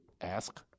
ask